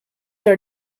are